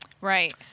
Right